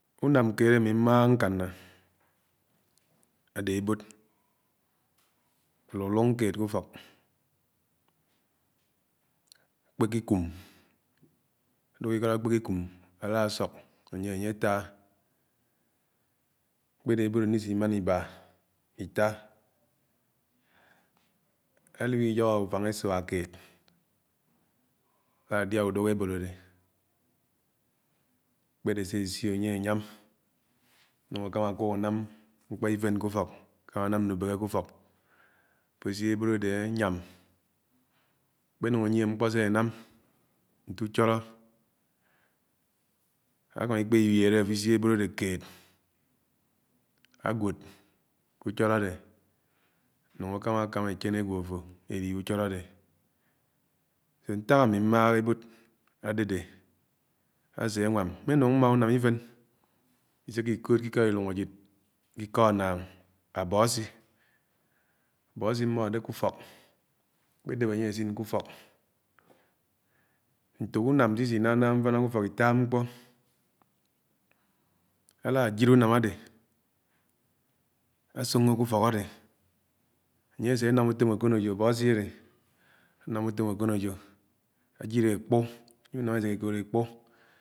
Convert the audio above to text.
Ùném keéd ami mma ñkánén ade èbód, aluluñg keéd kù-ùfọk àkpékè ìkúm, eahùe ikọd akpéìkùm àlo'd àsọk anye àtá. Akpèdé èbód ànisi ìmán ibá àliwi. Inyọhọ ùfáng esuã keéd àliádiá ùdùk ebòd àdé. àkpédé sé asió ànye ànyám anú àkàmá àkùle ánàm nùbéhé ke ufọk efó asió ebód adé ànyám. Ákpénúng ènyie mkpọ se ànám nte ùchọlọ àkàmá ikpé iwìelé afo-isio, ebod adé kéed ànwod kú-ùchọlọ adé ànáng àkamá àkamá èchén ágwo afó elihé úchọlọ ade, ntak ami mmáhá èbód àdãdé asé ànwán. M̃mè núng mmà unàm ifén ìsékiikoõd kè ìkó ilúng ajid, ké iko àññáng ábõasul, àbõasii m̃m̃ọdẽ ké ùfọk, àkpédép ánye asin ké ùfọk ñfók unám sé isnánaãm mfina kù-úfọk itatá mkpó àlányík-unàn adi àsóngó ke ùfọk adé. Àne àse'anám ùtím àkónéjó, àbóasii adé, añám ùtóm àkónejó ányilẽ èkpõr.